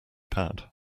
pad